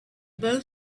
both